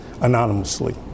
anonymously